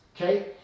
okay